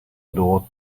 door